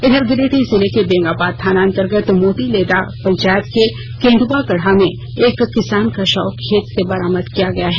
इधर गिरिडीह जिले के बेंगाबाद थाना अंतर्गत मोतीलेदा पंचायत के केंद्आगढ़ा में एक किसान का शव खेत से बरामद किया गया है